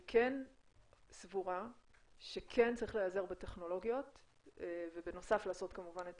אני כן סבורה שכן צריך להיעזר בטכנולוגיות ובנוסף לעשות כמובן את